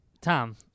Tom